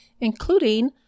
including